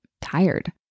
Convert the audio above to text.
tired